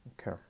Okay